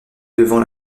devant